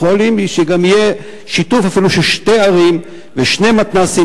יכול להיות שיהיה אפילו שיתוף של שתי ערים ושני מתנ"סים